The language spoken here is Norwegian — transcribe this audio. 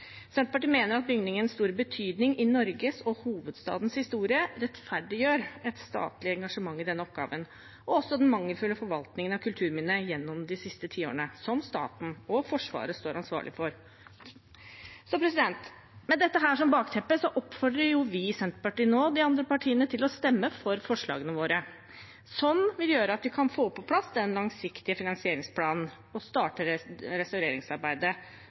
Senterpartiet mener at bygningens store betydning i Norges og hovedstadens historie rettferdiggjør et statlig engasjement i denne oppgaven, også på grunn av den mangelfulle forvaltningen av kulturminnet gjennom de siste tiårene som staten og Forsvaret står ansvarlig for. Med dette som bakteppe oppfordrer vi i Senterpartiet nå de andre partiene til å stemme for forslagene våre, som vil gjøre at vi kan få på plass en langsiktig finansieringsplan og